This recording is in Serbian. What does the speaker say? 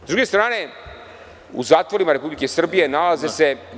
Sa druge strane, u zatvorima Republike Srbije nalaze se.